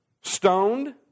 Stoned